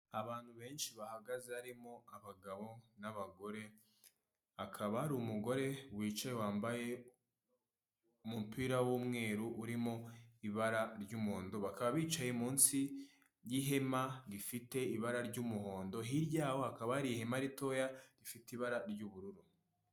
Abantu benshi bahagaze harimo abagabo n'abagore, hakaba hari umugore wicaye wambaye umupira w'umweru urimo ibara ry'umuhondo, bakaba bicaye munsi y'ihema rifite ibara ry'umuhondo, hirya yaho hakaba hari ihema ritoya rifite ibara ry'ubururu.